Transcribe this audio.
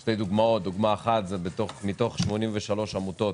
שתי דוגמאות: מתוך 83 עמותות